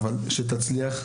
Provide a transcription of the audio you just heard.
שתצליח,